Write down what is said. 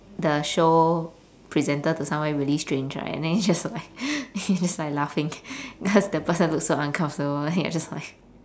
the show presenter to somewhere really strange right then you're just like you're just like laughing cause the person looks so uncomfortable you're just like